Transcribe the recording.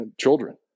children